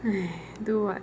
!hais! do what